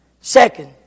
Second